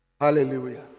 Hallelujah